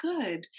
good